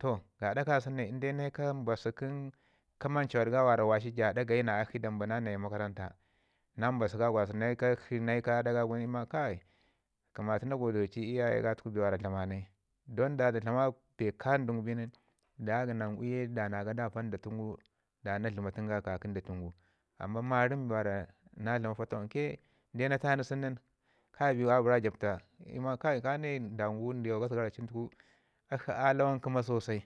toh gaɗa kasən ne ne kau mbasu kə kamanchud ga mi waci ja dagayi na akshi damba nan nayi makaranta na mbasu ka naikakshi naika aɗa ga gun ima kai kamantatu na godeti iyaye ga, dlama bee ka dən bin da iyu ke da na gadava nda tunu da na dləmatən ga ka ki nda tunu gu. Amman marəm bee na dlamau fatawanke na tanu sun nin biwu a bara jəbta i ma kai ne ndiwa gasgaraucin tuku akshi a lawan kəma sosai